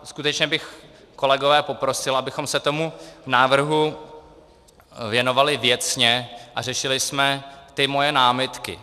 Skutečně bych kolegové poprosil, abychom se tomu návrhu věnovali věcně a řešili ty moje námitky.